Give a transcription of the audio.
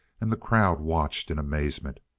and the crowd watched in amazement.